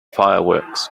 fireworks